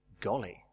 Golly